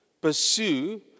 Pursue